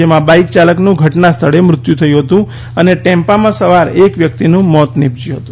જેમાં બાઇક ચાલકનું ઘટના સ્થળે મૃત્યુ થયું હતું અને ટેમ્પામાં સવાર એક વ્યક્તિનું મોત નિપજયું હતું